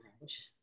range